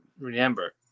Remember